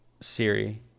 Siri